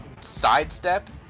sidestep